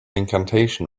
incantation